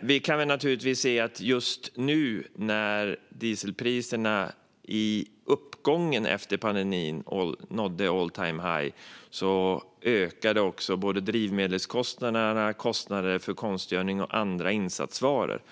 Vi kan naturligtvis se att just nu, när dieselpriserna i uppgången efter pandemin nådde all-time-high, ökade både drivmedelskostnaderna och kostnaderna för konstgödsel och andra insatsvaror.